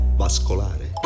vascolare